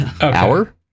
Hour